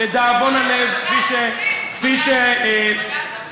לדאבון הלב, בג"ץ החזיר.